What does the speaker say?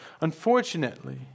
Unfortunately